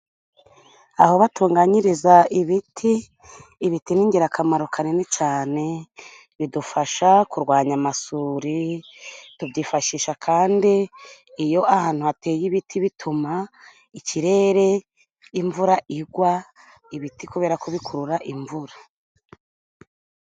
Aho batunganyiriza ibiti. Ibiti ni ingirakamaro kanini cane bidufasha kurwanya amasuri tubyifashisha kandi iyo ahantu hateye ibiti bituma ikirere imvura igwa ibiti kubera ko bikura imvura.